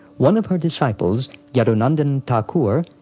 one of her disciples, yadunandan thakur,